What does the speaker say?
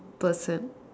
person